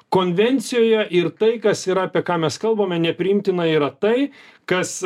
konvencijoje ir tai kas yra apie ką mes kalbame nepriimtina yra tai kas